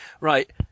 Right